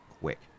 Quick